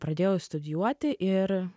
pradėjau studijuoti ir